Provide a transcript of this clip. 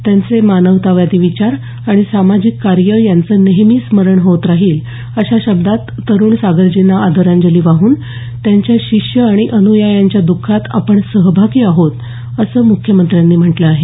त्यांचे मानवतावादी विचार आणि सामाजिक कार्य यांचं नेहमी स्मरण होत राहील अशा शब्दात तरुण सागरजींना आदरांजली वाहून त्यांच्या शिष्य आणि अनुयायांच्या दःखात आपण सहभागी आहोत असं मुख्यमंत्र्यांनी म्हटलं आहे